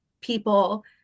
people